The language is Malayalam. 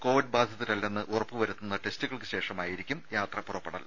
കോവിഡ് ബാധിതരല്ലെന്ന് ഉറപ്പു വരുത്തുന്ന ടെസ്റ്റുകൾക്ക് ശേഷമായിരിക്കും യാത്ര പുറപ്പെടുന്നത്